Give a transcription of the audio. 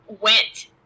went